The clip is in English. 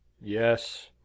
Yes